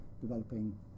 developing